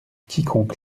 quiconque